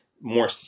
more